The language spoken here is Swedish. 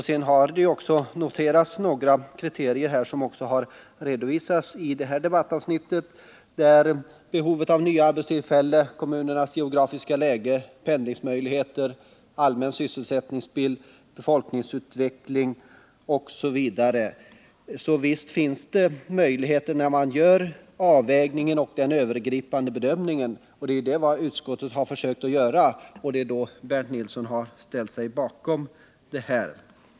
Det har också noterats några kriterier som redovisats i detta debattavsnitt, nämligen behovet av nya arbetstillfällen, kommunernas geografiska läge, pendlingsmöjligheter, allmän sysselsättningsbild, befolkningsutveckling osv. Visst finns det möjligheter att göra en avvägning och en övergripande bedömning. Det är det som utskottet har försökt göra, och då har Bernt Nilsson ställt sig bakom utskottet.